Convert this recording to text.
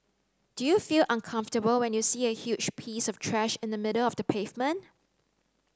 do you feel uncomfortable when you see a huge piece of trash in the middle of the pavement